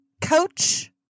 coach